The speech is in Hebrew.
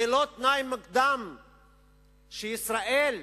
זה לא תנאי מוקדם שישראל אומרת: